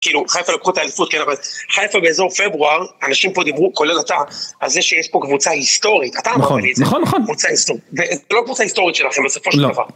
כאילו חיפה לקחות את האליפות, חייפה באזור פברואר, אנשים פה דיברו, כולל אתה, על זה שיש פה קבוצה היסטורית, אתה מבין את זה, קבוצה היסטורית, ולא קבוצה היסטורית שלכם בסופו של דבר